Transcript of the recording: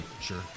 Sure